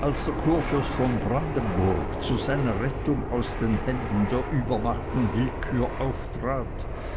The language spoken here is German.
als der kurfürst von brandenburg zu seiner rettung aus den händen der übermacht und willkür auftrat